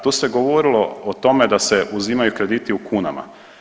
Tu se govorilo o tome da se uzimaju krediti u kunama.